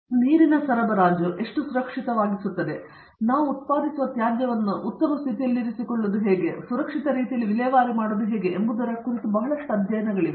ಆದ್ದರಿಂದ ನೀರಿನ ಸರಬರಾಜು ಎಷ್ಟು ಸುರಕ್ಷಿತವಾಗಿಸುತ್ತದೆ ಮತ್ತು ನಾವು ಉತ್ಪಾದಿಸುವ ತ್ಯಾಜ್ಯವನ್ನು ಉತ್ತಮ ಸ್ಥಿತಿಯಲ್ಲಿರಿಸಿಕೊಳ್ಳುವುದು ಮತ್ತು ಸುರಕ್ಷಿತ ಸ್ಥಿತಿಯಲ್ಲಿ ವಿಲೇವಾರಿ ಮಾಡುವುದು ಹೇಗೆ ಎಂಬುದರ ಕುರಿತು ಬಹಳಷ್ಟು ಅಧ್ಯಯನಗಳಿವೆ